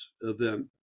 event